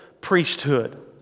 priesthood